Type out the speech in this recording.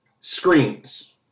Screens